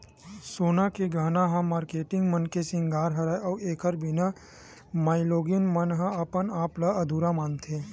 सोना के गहना ह मारकेटिंग मन के सिंगार हरय अउ एखर बिना माइलोगिन मन अपन आप ल अधुरा मानथे